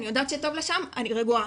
היא יודעת שטוב לה שם ואני רגועה.